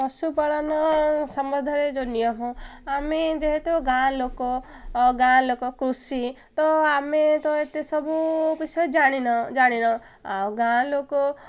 ପଶୁପାଳନ ସମ୍ବନ୍ଧରେ ଯେଉଁ ନିୟମ ଆମେ ଯେହେତୁ ଗାଁ ଲୋକ ଗାଁ ଲୋକ କୃଷି ତ ଆମେ ତ ଏତେ ସବୁ ବିଷୟ ଜାଣିନ ଜାଣିନ ଆଉ ଗାଁ ଲୋକ